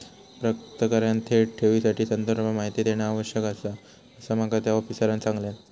प्राप्तकर्त्याने थेट ठेवीसाठी संदर्भ माहिती देणा आवश्यक आसा, असा माका त्या आफिसरांनं सांगल्यान